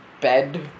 Bed